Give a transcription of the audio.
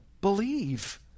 Believe